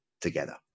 together